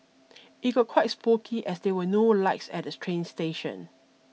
it got quite spooky as there were no lights at the train station